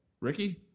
Ricky